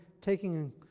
taking